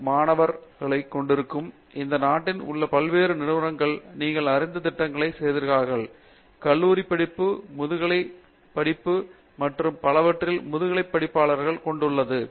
பல்வேறு பின்னணியில் இருந்து வருகின்ற புதிய மாணவர்களைக் கொண்டிருப்போம் மற்றும் நாட்டில் உள்ள பல்வேறு நிறுவனங்களை நீங்கள் அறிந்த திட்டங்களைச் சேர்ந்தவர்கள் கல்லூரிப் படிப்பு முதுகலை கல்வி முதுகலைப் பட்டப்படிப்பு மற்றும் பலவற்றிற்கும் முதுகலைப் படிப்பார்களை கொண்டுள்ளது